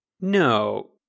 No